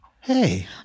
Hey